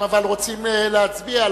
אבל הם רוצים להצביע,